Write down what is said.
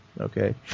Okay